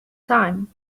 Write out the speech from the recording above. time